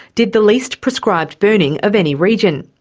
did the least prescribed burning of any region.